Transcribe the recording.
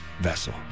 vessel